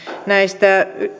näistä